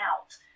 out